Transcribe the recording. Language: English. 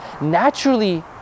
naturally